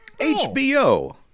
HBO